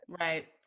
Right